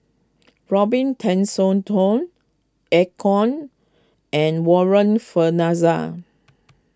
Robin Eu Kong and Warren Fernandez